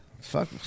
Fuck